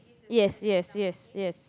yes yes yes yes